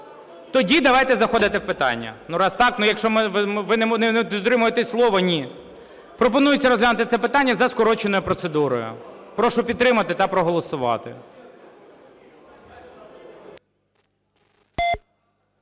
Тоді давайте заходити в питання. Ну, раз так, якщо ви не дотримуєтесь слова, ні. Пропонується розглянути це питання за скороченою процедурою. Прошу підтримати та проголосувати.